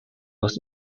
was